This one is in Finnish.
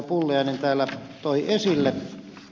pulliainen täällä toi esille